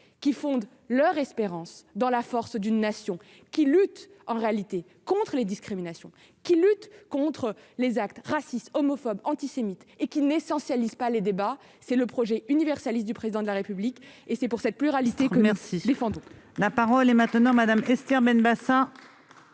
qui fonde leur espérance dans la force d'une nation qui luttent en réalité contre les discriminations qui luttent contre les actes racistes, homophobes antisémites et qu'il n'est censé lisent pas les débats, c'est le projet universaliste du président de la République et c'est pour cette pluralité, merci les